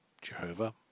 Jehovah